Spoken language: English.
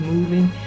Moving